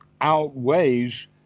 outweighs